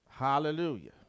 hallelujah